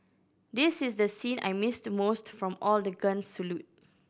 this is the scene I missed most from all the guns salute